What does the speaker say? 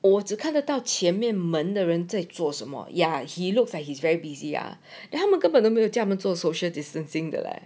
我只看得到前面门的人在做什么 yeah he looks like he's very busy ah then 他们根本都没有这么做 social distancing 的 leh